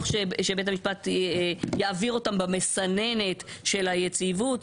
שבית המשפט יעביר אותם במסננת של היציבות,